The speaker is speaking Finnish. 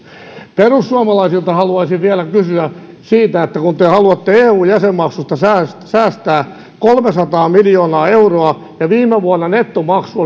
perussuomalaisilta haluaisin vielä kysyä siitä että kun te haluatte eu jäsenmaksusta säästää säästää kolmesataa miljoonaa euroa ja viime vuonna nettomaksu